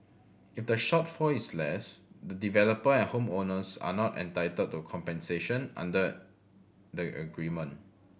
if the shortfall is less the developer and home owners are not entitled to compensation under the agreement